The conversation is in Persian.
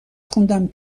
خوندم